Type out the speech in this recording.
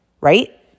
right